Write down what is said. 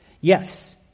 Yes